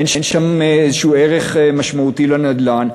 אין שם איזשהו ערך משמעותי לנדל"ן.